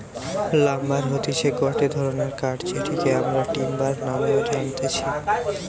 lumber হতিছে গটে ধরণের কাঠ যেটিকে আমরা টিম্বার নামেও জানতেছি